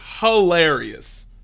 hilarious